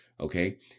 okay